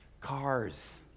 Cars